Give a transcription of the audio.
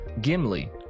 Gimli